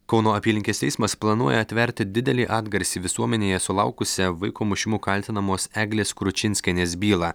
kauno apylinkės teismas planuoja atverti didelį atgarsį visuomenėje sulaukusią vaiko mušimu kaltinamos eglės kručinskienės bylą